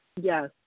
Yes